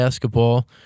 basketball